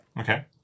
Okay